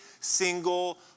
single